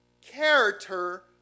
character